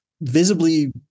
visibly